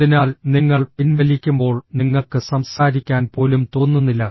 അതിനാൽ നിങ്ങൾ പിൻവലിക്കുമ്പോൾ നിങ്ങൾക്ക് സംസാരിക്കാൻ പോലും തോന്നുന്നില്ല